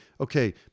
okay